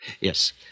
Yes